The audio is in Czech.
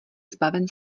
zbaven